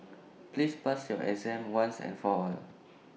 please pass your exam once and for all